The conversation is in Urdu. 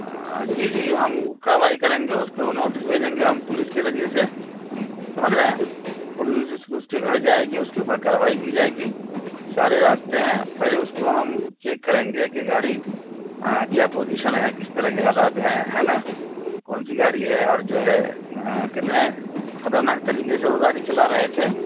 جی جی ہم کارروائی کریں گے اس کو نوٹس بھیجیں گے ہم پولیس کے ذریعے سے سمجھ رہے ہیں پولیس اس اس کے گھر جائے گی اس کے اوپر کارروائی کی جائے گی سارے راستے ہیں پہلے اس کو ہم چیک کریں گے کہ گاڑی کیا پوزیشن ہے کس طرح کے حالات ہیں ہے نا کون سی گاڑی ہے اور جو ہے کتنے خطرناک طریقے سے وہ گاڑی چلا رہے تھے